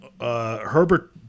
Herbert